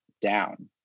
down